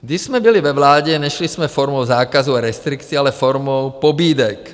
Když jsme byli ve vládě, nešli jsme formou zákazu a restrikcí, ale formou pobídek.